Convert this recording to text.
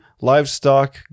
livestock